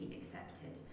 accepted